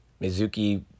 Mizuki